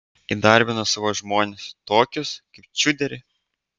įdarbino savo žmones tokius kaip čiuderį